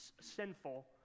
sinful